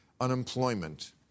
unemployment